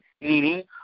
meaning